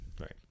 Right